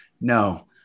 no